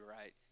right